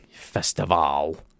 Festival